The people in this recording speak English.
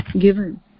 given